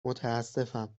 متاسفم